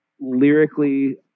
lyrically